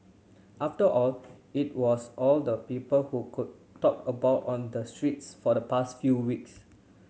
after all it was all the people could talk about on the streets for the past few weeks